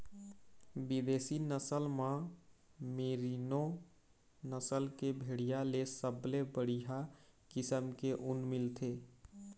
बिदेशी नसल म मेरीनो नसल के भेड़िया ले सबले बड़िहा किसम के ऊन मिलथे